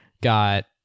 got